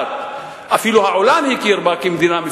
אז אם 50 מיליון נראים כאיזה משהו ערטילאי,